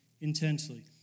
intensely